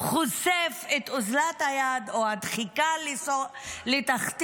חושף את אוזלת היד או את הדחיקה של הנושא לתחתית